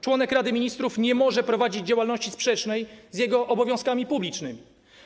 Członek Rady Ministrów nie może prowadzić działalności sprzecznej z jego obowiązkami publicznymi.